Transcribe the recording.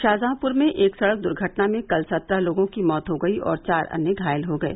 शाहजहांपुर में एक सड़क दुर्घटना में कल सत्रह लोगों की मौत हो गई और चार अन्य घायल हो गये